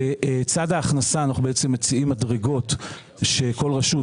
בצד ההכנסה אנחנו מציעים מדרגות שכל רשות,